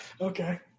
Okay